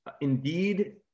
indeed